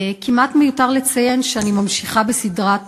כמעט מיותר לציין שאני ממשיכה בסדרת